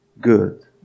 good